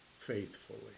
faithfully